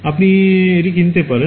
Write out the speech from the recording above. আপনি এটি কিনতে পারেন